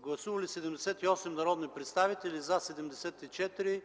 Гласували 78 народни представители: за 74,